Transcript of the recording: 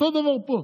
אותו דבר פה.